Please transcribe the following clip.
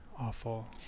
awful